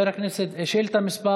שאילתה מס'